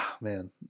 man